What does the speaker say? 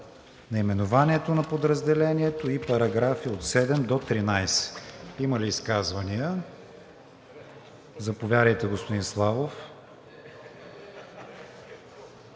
наименованието на подразделението и параграфи от 7 до 13. Има ли изказвания? Заповядайте, господин Славов.